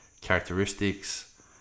characteristics